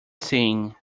seen